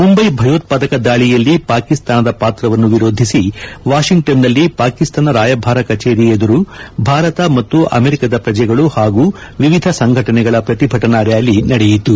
ಮುಂಬೈ ಭಯೋತ್ಪಾದಕ ದಾಳಿಯಲ್ಲಿ ಪಾಕಿಸ್ತಾನದ ಪಾತ್ರವನ್ನು ವಿರೋದಿಸಿ ವಾಷಿಂಗ್ವನ್ನಲ್ಲಿ ಪಾಕಿಸ್ತಾನ ರಾಯಭಾರ ಕಚೇರಿ ಎದುರು ಭಾರತ ಮತ್ತು ಅಮೆರಿಕದ ಪ್ರಜೆಗಳು ಹಾಗೂ ವಿವಿಧ ಸಂಘಟನೆಗಳು ಪ್ರತಿಭಟನಾ ರ್್ಯಾಲಿ ನಡೆಯಿತು